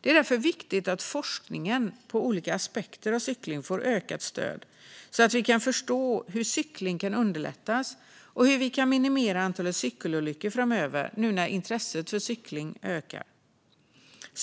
Det är därför viktigt att forskningen om olika aspekter av cykling får ökat stöd, så att vi kan förstå hur cykling kan underlättas och hur vi kan minimera antal cykelolyckor framöver när nu intresset för cykling ökar.